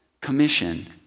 commission